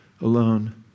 alone